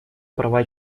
права